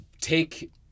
take